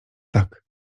tak